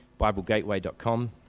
BibleGateway.com